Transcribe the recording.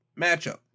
matchup